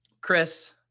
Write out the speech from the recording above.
Chris